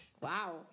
Wow